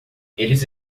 eles